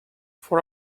for